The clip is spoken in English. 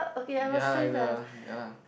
ya like the ya lah